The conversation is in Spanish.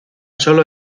sólo